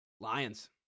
Lions